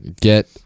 get